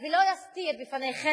ולא יסתיר מפניכם,